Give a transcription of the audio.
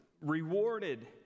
rewarded